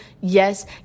yes